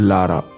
Lara